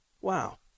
Wow